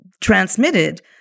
transmitted